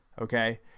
okay